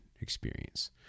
experience